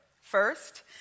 First